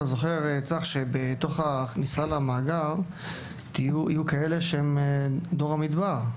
בתוך הכניסה למאגר יהיו כאלה שהם דור המדבר,